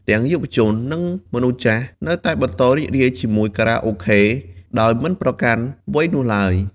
ទាំងយុវជន និងមនុស្សចាស់ នៅតែបន្តរីករាយជាមួយខារ៉ាអូខេ ដោយមិនប្រកាន់វ័យនោះឡើយ។